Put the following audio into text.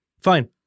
fine